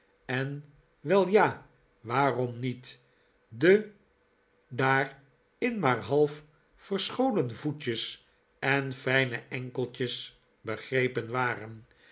en wel ja waarom niet de daarin maar half verscholen voetjes en fijne enkeltjes begrepen waren